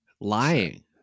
Lying